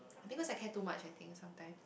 I think cause I care too much I think sometimes